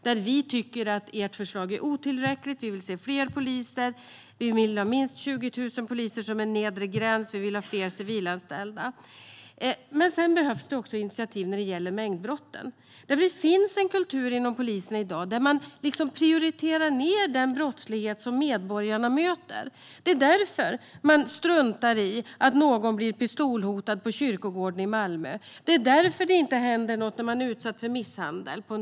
Där tycker vi att ert förslag är otillräckligt. Vi vill se fler poliser, minst 20 000 som en nedre gräns. Vi vill ha fler civilanställda. Sedan behövs det också initiativ när det gäller mängdbrotten. Det finns en kultur inom polisen i dag som går ut på att prioritera ned den brottslighet som medborgarna möter. Det är därför man struntar i att någon blir pistolhotad på kyrkogården i Malmö. Det är därför det på en del håll inte händer något när man är utsatt för misshandel.